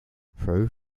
pro